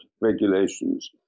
regulations